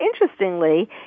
interestingly